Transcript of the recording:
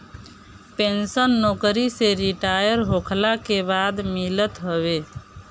pension नोकरी से retire होखला के बाद मिलत हवे